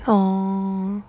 aw